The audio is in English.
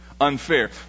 unfair